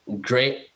great